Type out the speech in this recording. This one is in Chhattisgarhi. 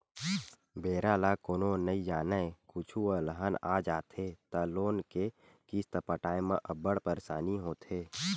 बेरा ल कोनो नइ जानय, कुछु अलहन आ जाथे त लोन के किस्त पटाए म अब्बड़ परसानी होथे